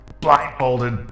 blindfolded